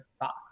box